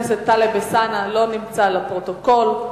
נמצאת, לפרוטוקול.